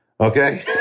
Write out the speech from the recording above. Okay